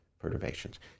perturbations